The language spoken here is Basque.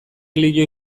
erlijio